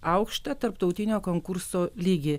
aukštą tarptautinio konkurso lygį